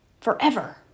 forever